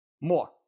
More